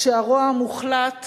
שהרוע המוחלט